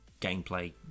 gameplay